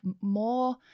more